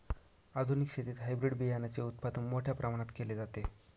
आधुनिक शेतीत हायब्रिड बियाणाचे उत्पादन मोठ्या प्रमाणात केले जाते